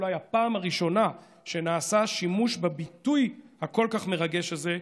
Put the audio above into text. זו אולי הפעם הראשונה שבה נעשה שימוש בביטוי הכל-כך מרגש הזה,